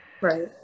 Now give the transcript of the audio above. Right